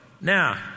now